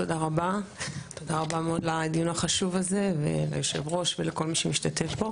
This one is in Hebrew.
תודה רבה על הדיון החשוב הזה וליושב-ראש ולכל מי שמשתתף בו.